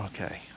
okay